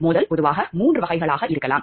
மோதல் பொதுவாக மூன்று வகைகளாக இருக்கலாம்